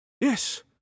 Yes